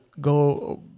go